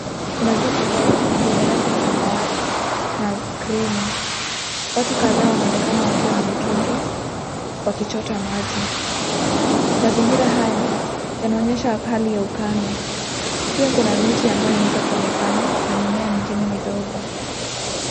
Kuna jumba ndogo yenye rangi ya samawati na cream .Watu kadhaa wanaonekana wakiwa na mitungi wakichota maji. Mazingira haya yanaonyesha hali ya ukame. Pia kuna miti ambayo inaweza kuonekana, na mimea mingine midogo.